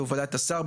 בהובלת השר,